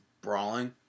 brawling